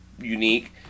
unique